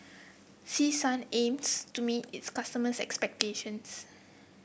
Selsun aims to meet its customers' expectations